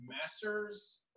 Masters –